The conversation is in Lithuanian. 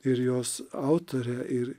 ir jos autorę ir